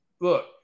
look